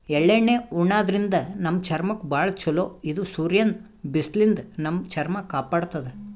ಎಳ್ಳಣ್ಣಿ ಉಣಾದ್ರಿನ್ದ ನಮ್ ಚರ್ಮಕ್ಕ್ ಭಾಳ್ ಛಲೋ ಇದು ಸೂರ್ಯನ್ ಬಿಸ್ಲಿನ್ದ್ ನಮ್ ಚರ್ಮ ಕಾಪಾಡತದ್